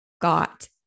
got